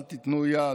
אל תיתנו יד,